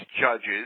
judges